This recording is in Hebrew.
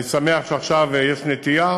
ואני שמח שעכשיו יש נטייה